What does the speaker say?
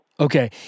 Okay